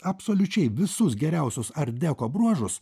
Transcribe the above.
absoliučiai visus geriausius art deko bruožus